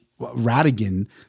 Radigan